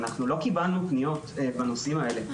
אנחנו לא קיבלנו פניות בנושאים האלה.